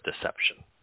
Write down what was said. deception